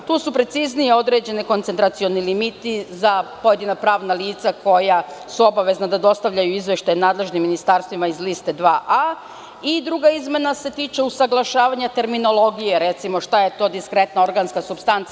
Tu su preciznije određene koncentracioni limiti za pojedina pravna lica koja su obaveza da dostavljaju izveštaj nadležnim ministarstvima iz Liste 2A. Druga izmena se tiče usaglašavanja terminologije, recimo, šta je to diskretna organska supstanca.